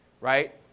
right